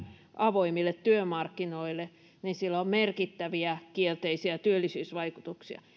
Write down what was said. avoimille työmarkkinoille niin sillä on merkittäviä kielteisiä työllisyysvaikutuksia